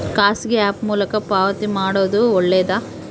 ಖಾಸಗಿ ಆ್ಯಪ್ ಮೂಲಕ ಪಾವತಿ ಮಾಡೋದು ಒಳ್ಳೆದಾ?